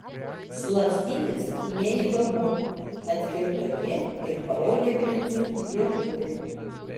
slapstytis neįdomu atkirto ji ir parodė princui liežuvį